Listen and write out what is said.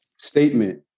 statement